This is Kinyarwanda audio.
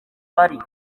bari